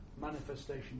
manifestation